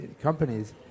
companies